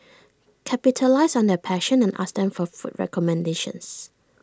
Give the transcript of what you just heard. capitalise on their passion and ask them for food recommendations